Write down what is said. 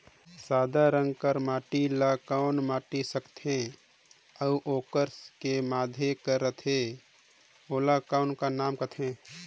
सादा रंग कर माटी ला कौन माटी सकथे अउ ओकर के माधे कर रथे ओला कौन का नाव काथे?